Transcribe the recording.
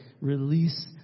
release